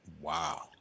Wow